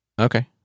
Okay